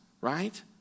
right